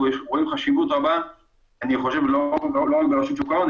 אנחנו רואים חשיבות רבה לא רק ברשות שוק ההון,